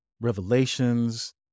Revelations